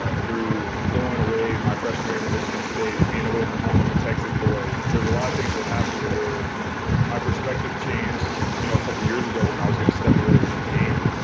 ah through going away my freshman year to michigan state, being away from home, i'm a texas boy. there's a lot of things that happened to where my perspective changed you know a couple years ago when i was going to step away from the game.